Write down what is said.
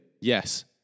Yes